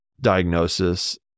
diagnosis